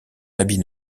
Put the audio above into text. habit